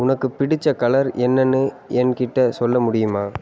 உனக்கு பிடித்த கலர் என்னன்னு என்கிட்டே சொல்ல முடியுமா